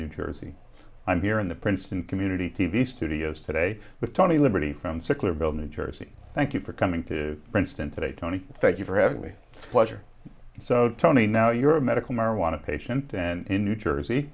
new jersey i'm here in the princeton community t v studios today with tony liberty from sicklerville new jersey thank you for coming to princeton today tony thank you for having me pleasure so tony now you're a medical marijuana patient and in new jersey